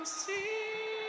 see